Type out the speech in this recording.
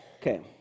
Okay